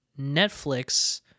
netflix